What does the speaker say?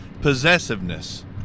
Possessiveness